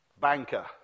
banker